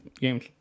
games